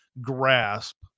grasp